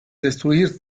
destruir